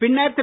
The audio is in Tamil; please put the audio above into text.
பின்னர் திரு